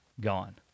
gone